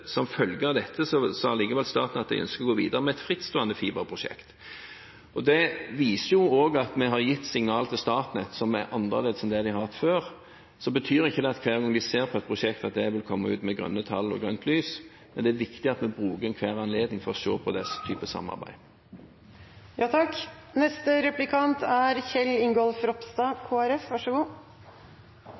som jeg også skriver, som følge av dette sa allikevel Statnett at de ønsker å gå videre med et frittstående fiberprosjekt. Det viser også at vi har gitt signaler til Statnett som er annerledes enn det de har vært før. Så betyr ikke det at hver gang vi ser på et prosjekt, vil det komme ut med grønne tall og grønt lys, men det er viktig at vi bruker enhver anledning til å se på denne typen samarbeid. Først vil jeg bare si at jeg synes det er veldig bra at statsråden er så